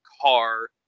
car